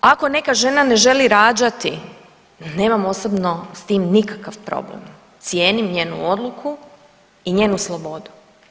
Ako neka žena ne želi rađati nemam osobno s tim nikakav problem, cijenim njenu odluku i njenu slobodu.